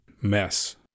mess